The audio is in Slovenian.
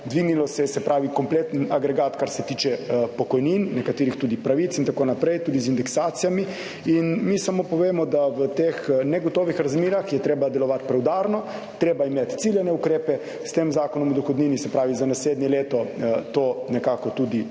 dvignilo se je, se pravi, kompleten agregat, kar se tiče pokojnin, nekaterih tudi pravic in tako naprej, tudi z indeksacijami. In mi samo povemo, da v teh negotovih razmerah je treba delovati preudarno, treba je imeti ciljane ukrepe. S tem Zakonom o dohodnini, se pravi za naslednje leto to nekako tudi sporočamo.